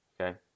Okay